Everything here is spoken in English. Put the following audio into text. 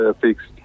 fixed